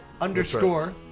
underscore